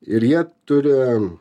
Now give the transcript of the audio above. ir jie turi